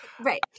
Right